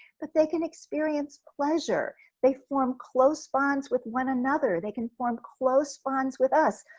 but they can experience pleasure. they form close bonds with one another, they can form close bonds with us.